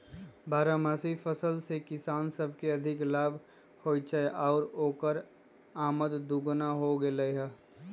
बारहमासी फसल से किसान सब के अधिक लाभ होई छई आउर ओकर आमद दोगुनी हो गेलई ह